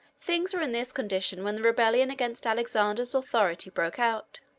things were in this condition when the rebellion against alexander's authority broke out.